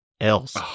else